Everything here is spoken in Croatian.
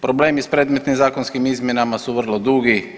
Problemi sa predmetnim zakonskim izmjenama su vrlo dugi.